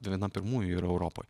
viena pirmųjų yra europoj